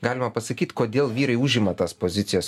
galima pasakyt kodėl vyrai užima tas pozicijas